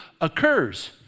occurs